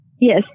Yes